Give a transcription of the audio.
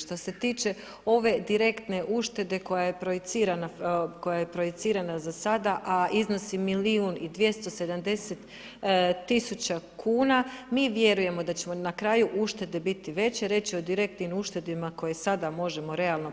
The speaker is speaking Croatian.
Što se tiče ove direktne uštede koja je projicirana za sada, a iznosi milijun i 270 tisuća kuna, mi vjerujemo da će na kraju uštede biti veće, riječ je o direktnim uštedama koje sada možemo realno